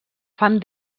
fan